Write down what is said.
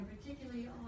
particularly